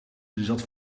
zat